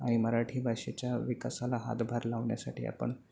आणि मराठी भाषेच्या विकासाला हातभार लावण्यासाठी आपण